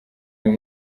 uyu